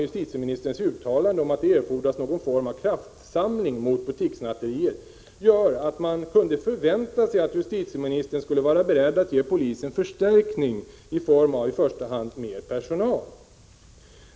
Justitieministerns uttalande om att det erfordras någon form av kraftsamling mot butikssnatterier gör att man kunde förvänta sig att justitieministern skulle vara beredd att ge polisen förstärkning i form av i första hand mer personal.